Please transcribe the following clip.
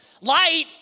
Light